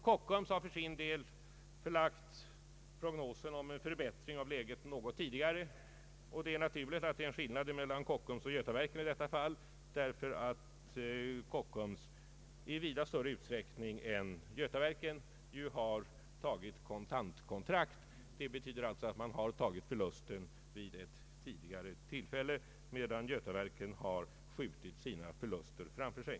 Kockums har för sin del förlagt prognosen om en förbättring av läget något tidigare. Det är naturligt att det föreligger en skillnad mellan Kockums och Götaverken i detta fall, därför att Kockums i vida större utsträckning än Götaverken har tecknat kontantkontrakt. Det betyder att detta varv har tagit förlusten vid ett tidigare tillfälle, medan Götaverken skjutit sina förluster framför sig.